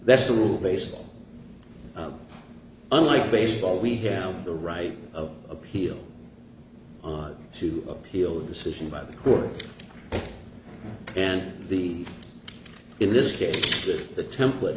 that's the rule baseball unlike baseball we have the right of appeal on to appeal the decision by the court and the in this case that the template